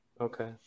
Okay